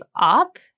up